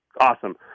awesome